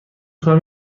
کنم